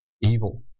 evil